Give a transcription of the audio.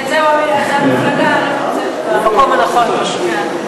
כן, זהו, במקום הנכון פשוט.